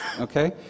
Okay